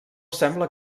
sembla